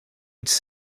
its